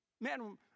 Man